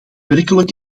werkelijk